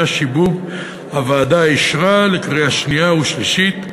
השיבוב הוועדה אישרה לקריאה שנייה ושלישית,